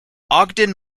ogden